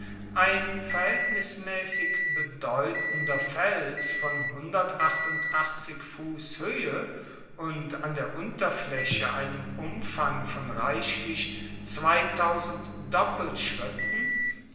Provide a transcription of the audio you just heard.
ein verhältnismäßig bedeutender fels von fuß höhe und an der unterfläche einem umfang von reichlich